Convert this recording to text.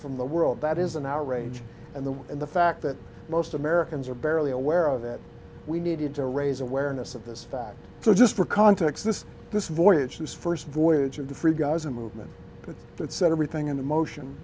from the world that isn't our range and the and the fact that most americans are barely aware of it we needed to raise awareness of this fact so just for context this this voyage this first voyage of the free gaza movement that set everything in the motion